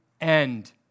end